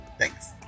Thanks